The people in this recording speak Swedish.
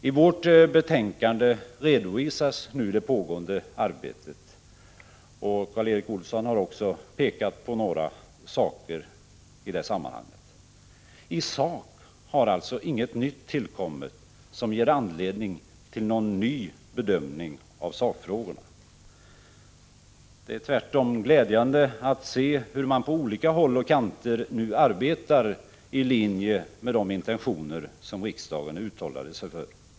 I vårt betänkande redovisas nu det pågående arbetet, och Karl Erik Olsson har också talat om det. I sak har alltså inget nytt tillkommit som ger anledning till någon ny bedömning av sakfrågorna. Det är tvärtom glädjande att se hur man på olika håll och kanter nu arbetar i linje med de intentioner som riksdagen uttalade sig för.